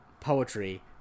poetry